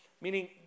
Meaning